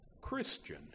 Christian